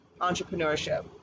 entrepreneurship